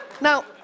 Now